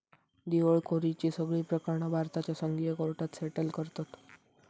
दिवळखोरीची सगळी प्रकरणा भारताच्या संघीय कोर्टात सेटल करतत